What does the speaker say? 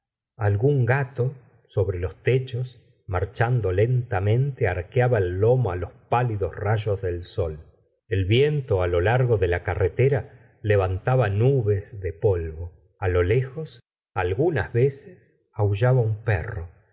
algún gato sobre los techos marchando lentamente arqueaba el lomo los pálidos rayos del sol el viento lo largo de la carretera levantaba nubes de polvo a lo lejos algunas veces aullaba un perro